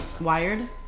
Wired